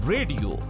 Radio